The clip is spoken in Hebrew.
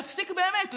להפסיק באמת,